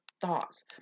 thoughts